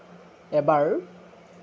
এবাৰ